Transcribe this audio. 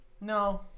No